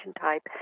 type